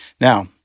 Now